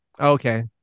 Okay